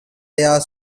their